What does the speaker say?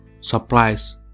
supplies